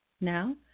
Now